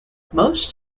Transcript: most